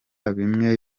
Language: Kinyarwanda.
bimwe